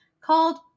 called